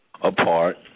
apart